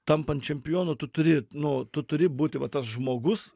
tampant čempionu tu turi nu tu turi būti va tas žmogus